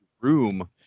room